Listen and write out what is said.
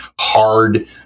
hard